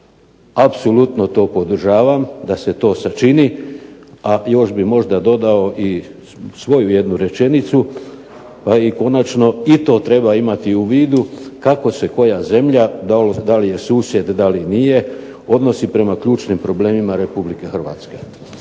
Apsolutno to podržavam da se to sačini, a još bih možda dodao i svoju jednu rečenicu, pa i konačno i to treba imati u vidu, kako se koja zemlja, da li je susjed, da li nije, odnosi prema ključnim problemima Republike Hrvatske.